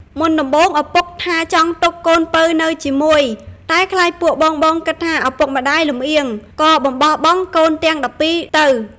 មុនដំបូងឪពុកថាចង់ទុក្ខកូនពៅនៅជាមួយ តែខ្លាចពួកបងៗគិតថាឪពុកម្តាយលម្អៀងក៏បំបោះបង់កូនទាំង១២ទៅ។